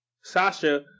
Sasha